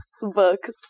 Books